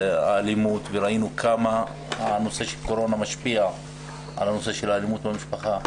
וראינו כמה הנושא של קורונה משפיע על הנושא של האלימות במשפחה.